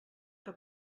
que